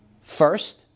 first